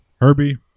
Herbie